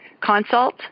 consult